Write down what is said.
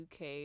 UK